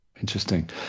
Interesting